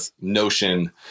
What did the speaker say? notion